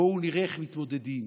בואו נראה איך מתמודדים,